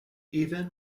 even